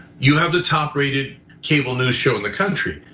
you have the top rated cable news show in the country.